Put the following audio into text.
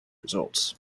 results